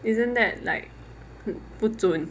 isn't that like 不尊